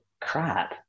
crap